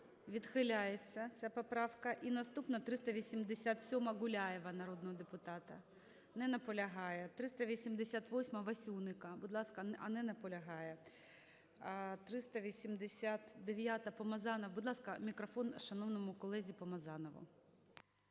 Відхиляється ця поправка. І наступна – 387-а, Гуляєва народного депутата. Не наполягає. 388-а, Васюника. Будь ласка. А, не наполягає. 389-а, Помазанова. Будь ласка, мікрофон шановному колезі Помазанову.